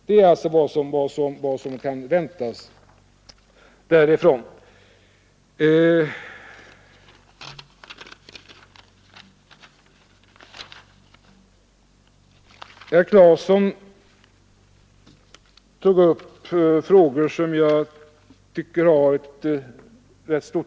Det är alltså vad som kan väntas därifrån. Sedan tog herr Claeson upp en del ganska intressanta frågor.